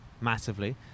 massively